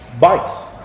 bites